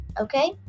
okay